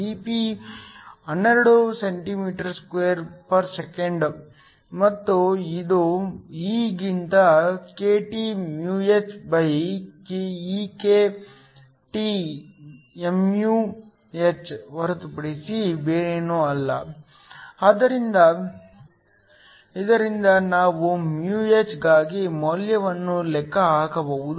12cm2s 1 ಮತ್ತು ಇದು E ಗಿಂತ ಹೊರತುಪಡಿಸಿ ಬೇರೇನೂ ಅಲ್ಲ ಆದ್ದರಿಂದ ಇದರಿಂದ ನಾವು ಗಾಗಿ ಮೌಲ್ಯವನ್ನು ಲೆಕ್ಕ ಹಾಕಬಹುದು